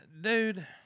dude